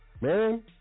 man